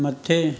मथे